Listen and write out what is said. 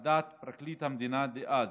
על דעת פרקליט המדינה דאז,